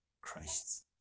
Christ